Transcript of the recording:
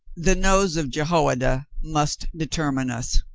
the nose of jehoiada must determine us.